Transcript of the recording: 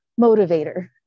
motivator